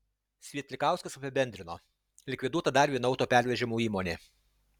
svietlikauskas apibendrino likviduota dar viena autopervežimų įmonė